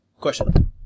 Question